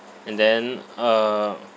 and then uh